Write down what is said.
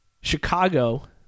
Chicago